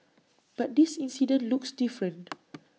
but this incident looks different